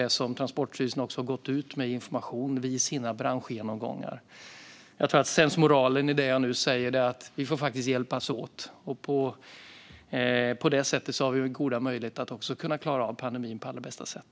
Transportstyrelsen har också gått ut med det i information vid sina branschgenomgångar. Sensmoralen i det jag nu säger är att vi faktiskt får hjälpas åt. På det sättet har vi goda möjligheter att kunna klara av pandemin på allra bästa sätt.